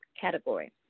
category